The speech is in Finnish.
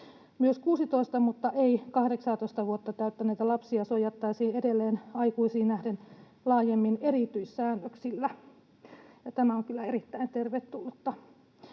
Myös 16 mutta ei 18 vuotta täyttäneitä lapsia suojattaisiin edelleen aikuisiin nähden laajemmin erityissäännöksillä, ja tämä on kyllä erittäin tervetullutta.